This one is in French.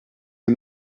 est